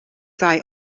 dai